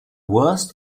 worst